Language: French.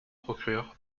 procureur